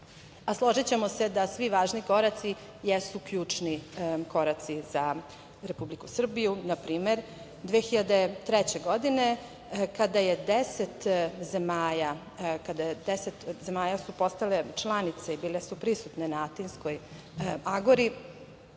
korak. Složićemo se da svi važni koraci jesu ključni koraci za Republiku Srbiju. Na primer 2003. godine kada su deset zemalja postale članice i bile su prisutne na Atinskoj Agori,